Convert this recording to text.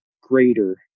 greater